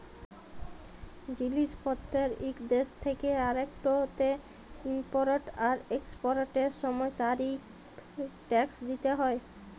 জিলিস পত্তের ইক দ্যাশ থ্যাকে আরেকটতে ইমপরট আর একসপরটের সময় তারিফ টেকস দ্যিতে হ্যয়